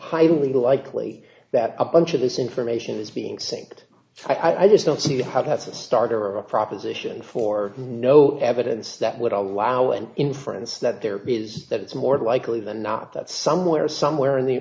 highly likely that a bunch of this information is being sink i just don't see how it has a starter or a proposition for no evidence that would allow now an inference that there is that it's more likely than not that somewhere somewhere in the